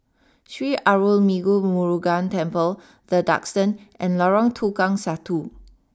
Sri Arulmigu Murugan Temple the Duxton and Lorong Tukang Satu